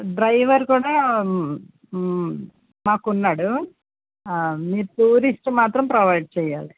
driver కూడా మాకు ఉన్నాడు మీరు టూరిస్ట్ మాత్రం ప్రొవైడ్ చేయాలి